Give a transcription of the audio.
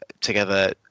together